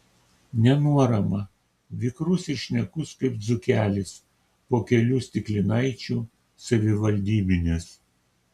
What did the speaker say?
nenuorama vikrus ir šnekus kaip dzūkelis po kelių stiklinaičių savivaldybinės